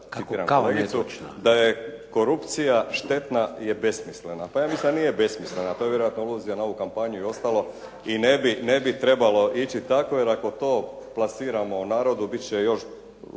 Da je korupcija štetna je besmislena. Pa ja mislim da nije besmislena, to je vjerojatno aluzija na ovu kampanju i ostalo i ne bi trebalo ići tako, jer ako to plasiramo u narodu bit će još